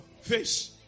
Fish